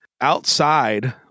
outside